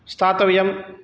स्थातव्यम्